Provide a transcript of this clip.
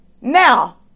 Now